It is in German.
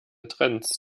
trends